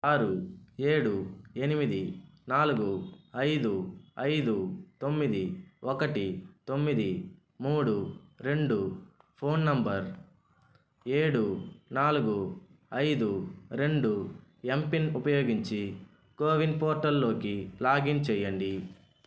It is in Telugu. ఆరు ఏడు ఎనిమిది నాలుగు ఐదు ఐదు తొమ్మిది ఒకటి తొమ్మిది మూడు రెండు ఫోన్ నెంబర్ ఏడు నాలుగు ఐదు రెండు ఎంపిన్ ఉపయోగించి కోవిన్ పోర్టల్లోకి లాగిన్ చెయ్యండి